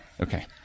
Okay